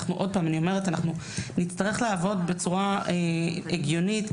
אנחנו נצטרך לעבוד בצורה הגיונית.